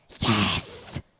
Yes